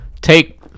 take